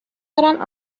دارند